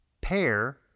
pair